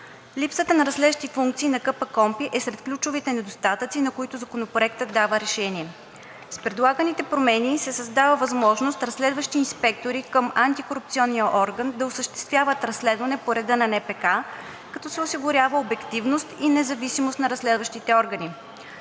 Липсата на разследващи функции на КПКОНПИ е сред ключовите недостатъци, на които Законопроектът дава решение. С предлаганите промени се създава възможност разследващи инспектори към антикорупционния орган да осъществяват разследване по реда на НПК, като се осигурява обективност и независимост на разследващите органи.